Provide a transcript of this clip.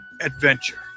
Adventure